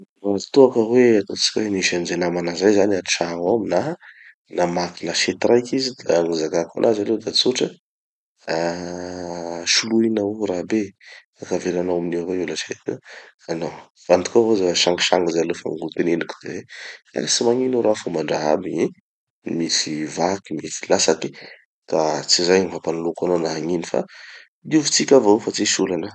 Raha toa ka hoe, ataotsika hoe misy anizay namana zay zany antragno ao na namaky lasety raiky izy. Da gny raha ho zakako anazy aloha da tsotra: ah soloinao io rahabe, mba ka avelanao aminio avao io lasety io. Fa nao, vandiko avao zao, sangisangy zay aloha fa gny ho teneniko de hoe: eh tsy magnino io ra, fomban-draha aby gny misy vaky misy latsaky da tsy zay gny hampanolo ko anao na hagnino fa diovitsika avao tsy misy olana.